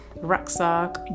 rucksack